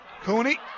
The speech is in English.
Cooney